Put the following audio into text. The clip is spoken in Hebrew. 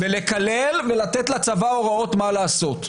לקלל ולתת לצבא הוראות מה לעשות.